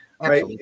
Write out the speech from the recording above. right